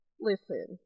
listen